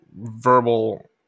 verbal